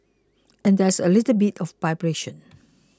and there's a little bit of vibration